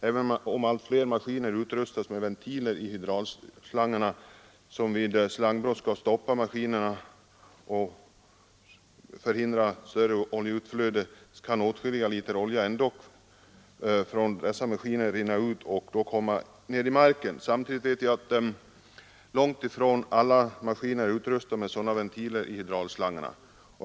Även om allt fler maskiner utrustas med ventiler i hydraulslangarna, som vid slangbrott skall stoppa maskinerna och förhindra större oljeutflöde, kan åtskilliga liter olja från dessa maskiner ändå rinna ut och komma ner i marken. Samtidigt vet vi att långt ifrån alla maskiner är utrustade med sådana ventiler i hydraulslangarna.